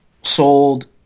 sold